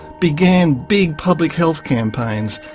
began big public health campaigns,